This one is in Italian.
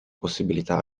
possibilità